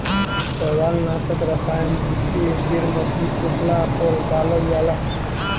शैवालनाशक रसायन के ढेर मछली पोसला पर डालल जाला